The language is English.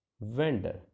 vendor